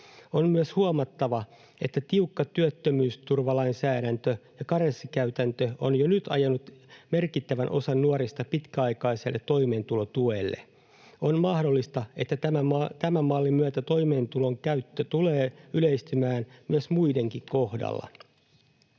On myös huomattava, että tiukka työttömyysturvalainsäädäntö ja karenssikäytäntö on jo nyt ajanut merkittävän osan nuorista pitkäaikaiselle toimeentulotuelle. On mahdollista, että tämän mallin myötä toimeentulotuen käyttö tulee yleistymään myös muidenkin kohdalla.